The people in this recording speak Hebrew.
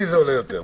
לי זה עולה יותר.